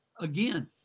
again